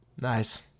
Nice